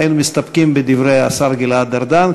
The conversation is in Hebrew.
היינו מסתפקים בדברי השר גלעד ארדן,